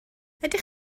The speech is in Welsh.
ydych